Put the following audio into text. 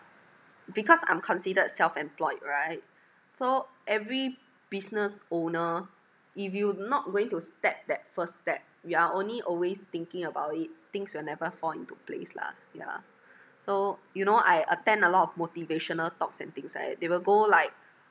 because I'm considered self employed right so every business owner if you not going to step that first step you are only always thinking about it things will never fall into place lah yeah so you know I attend a lot of motivational talks and things like that they will go like